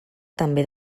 també